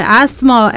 asthma